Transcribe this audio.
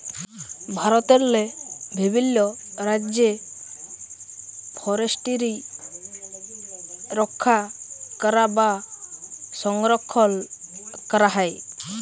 ভারতেরলে বিভিল্ল রাজ্যে ফরেসটিরি রখ্যা ক্যরা বা সংরখ্খল ক্যরা হয়